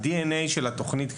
ה-DNA של התכנית,